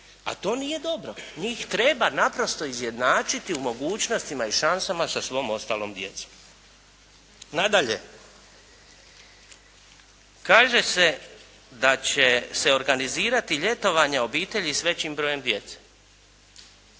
a to nije dobro. Njih treba naprosto izjednačiti u mogućnostima i šansama sa svom ostalom djecom. Nadalje, kaže se da će se organizirati ljetovanja obitelji s većim brojem djece.